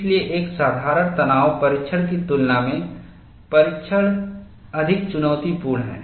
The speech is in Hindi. इसीलिए एक साधारण तनाव परीक्षण की तुलना में परीक्षण अधिक चुनौतीपूर्ण है